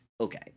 okay